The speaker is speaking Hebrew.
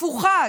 הפוכה,